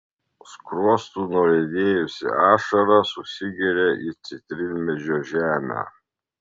skruostu nuriedėjusi ašara susigeria į citrinmedžio žemę